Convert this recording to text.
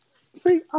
see